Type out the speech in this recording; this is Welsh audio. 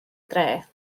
dref